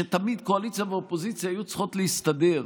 תמיד קואליציה ואופוזיציה היו צריכות להסתדר,